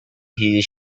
his